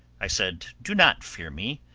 i said, do not fear me,